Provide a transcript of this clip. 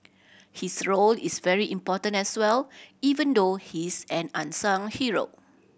his role is very important as well even though he is an unsung hero